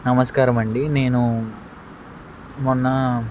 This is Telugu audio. నమస్కారమండి నేను మొన్న